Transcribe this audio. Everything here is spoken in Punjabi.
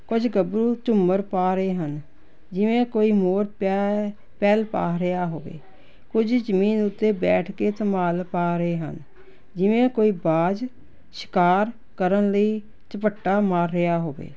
ਕੁਝ ਗੱਭਰੂ ਝੁੰਮਰ ਪਾ ਰਹੇ ਹਨ ਜਿਵੇਂ ਕੋਈ ਮੋਰ ਪੈ ਪੈਲ ਪਾ ਰਿਹਾ ਹੋਵੇ ਕੁਝ ਜਮੀਨ ਉੱਤੇ ਬੈਠ ਕੇ ਧਮਾਲ ਪਾ ਰਹੇ ਹਨ ਜਿਵੇਂ ਕੋਈ ਬਾਜ ਸ਼ਿਕਾਰ ਕਰਨ ਲਈ ਝਪੱਟਾ ਮਾਰ ਰਿਹਾ ਹੋਵੇ